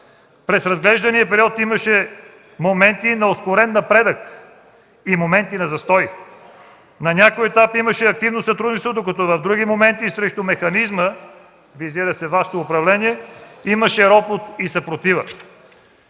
„През разглеждания период имаше моменти на откровен напредък и моменти на застой. На някои етапи имаше активно сътрудничество, докато в други моменти срещу Механизма – визира се Вашето управление – имаше ропот и съпротива.”.